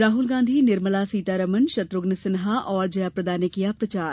राहुल गांधी निर्मला सीतारमण शत्रुघ्न सिन्हा और जयाप्रदा ने किया प्रचार